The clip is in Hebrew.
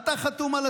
חבר הכנסת סער,